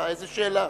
איזו שאלה.